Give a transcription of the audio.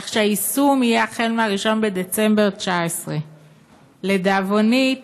כך שהיישום יהיה החל ב-1 בדצמבר 2019. לדאבוני,